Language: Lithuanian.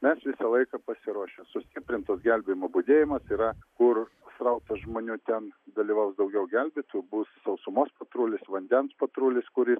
mes visą laiką pasiruošę sustiprintas gelbėjimo budėjimas yra kur srautas žmonių ten dalyvaus daugiau gelbėtojų bus sausumos patrulis vandens patrulis kurį